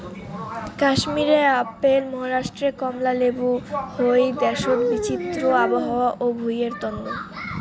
কাশ্মীরে আপেল, মহারাষ্ট্রে কমলা লেবু হই দ্যাশোত বিচিত্র আবহাওয়া ও ভুঁইয়ের তন্ন